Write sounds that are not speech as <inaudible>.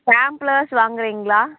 <unintelligible> வாங்குறீங்களா